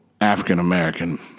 African-American